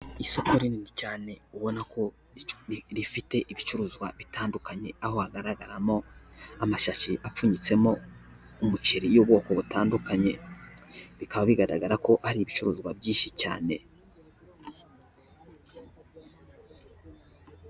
Isoko rinini cyane ubona ko rifite ibicuruzwa bitandukanye aho hagaragaramo amashashi apfunyitsemo umiceri y'ubwoko butandukanye, bikaba bigaragara ko ari ibicuruzwa byinshi cyane.